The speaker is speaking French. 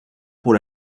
pour